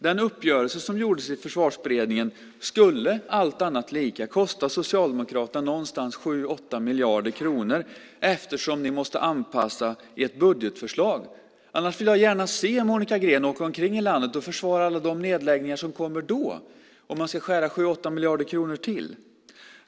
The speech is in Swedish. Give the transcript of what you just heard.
Den uppgörelse som träffades i Försvarsberedningen skulle allt annat lika kosta Socialdemokraterna någonstans kring 7-8 miljarder kronor, eftersom ni måste anpassa ert budgetförslag. Annars vill jag gärna se Monica Green åka omkring i landet och försvara alla de nedläggningar som kommer om man ska skära ned med 7-8 miljarder kronor till.